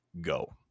go